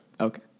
Okay